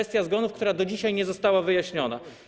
Kwestia zgonów, która do dzisiaj nie została wyjaśniona.